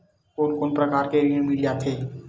कोन कोन प्रकार के ऋण मिल जाथे?